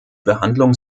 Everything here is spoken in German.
behandlung